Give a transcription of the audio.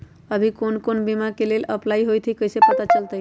अभी कौन कौन बीमा के लेल अपलाइ होईत हई ई कईसे पता चलतई?